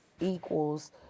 equals